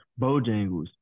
bojangles